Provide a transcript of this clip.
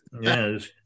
Yes